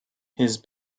his